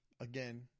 again